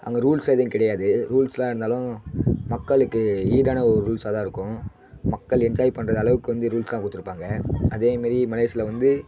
அங்கே ரூல்ஸ் எதுவும் கிடையாது ரூல்ஸெலாம் இருந்தாலும் மக்களுக்கு ஈடான ஒரு ரூல்ஸாகதான் இருக்கும் மக்கள் என்ஜாய் பண்ணுற அளவுக்கு வந்து ரூல்ஸெல்லாம் கொடுத்துருப்பாங்க அதேமாரி மலேசியால வந்து